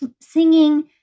singing